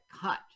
cut